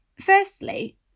firstly